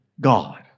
God